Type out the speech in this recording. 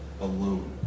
alone